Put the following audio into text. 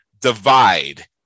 divide